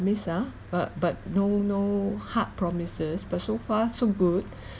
promise ah but but no no hard promises but so far so good